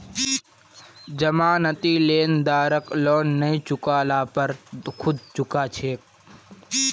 जमानती लेनदारक लोन नई चुका ल पर खुद चुका छेक